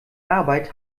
arbeit